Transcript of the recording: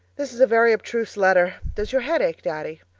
this is a very abstruse letter does your head ache, daddy?